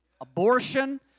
abortion